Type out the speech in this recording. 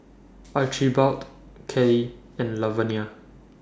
Archibald Kellie and Lavenia